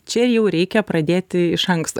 čia jau reikia pradėti iš anksto